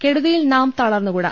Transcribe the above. കെടുതിയിൽ നാം തളർന്നു കൂട